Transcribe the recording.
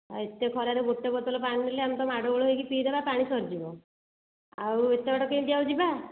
ଆଉ ଏତେ ଖରାରେ ଗୋଟେ ବୋତଲ ପାଣି ନେଲେ ଆମେ ତ ମାଡ଼ଗୋଳ ହେଇକି ପିଇ ଦେବା ପାଣି ସରିଯିବ ଆଉ ଏତେ ବାଟ କେମିତି ଆଉ ଯିବା